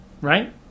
right